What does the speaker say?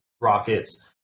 rockets